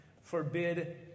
forbid